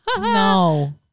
No